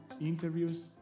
interviews